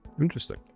Interesting